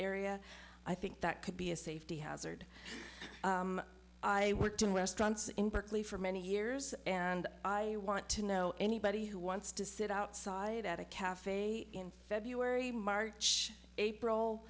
area i think that could be a safety hazard i worked in restaurants in berkeley for many years and i you want to know anybody who wants to sit outside at a cafe in february march april